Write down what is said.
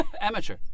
Amateur